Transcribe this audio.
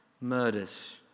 murders